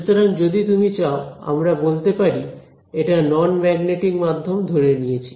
সুতরাং যদি তুমি চাও আমরা বলতে পারি এটা নন ম্যাগনেটিক মাধ্যম ধরে নিয়েছি